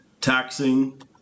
taxing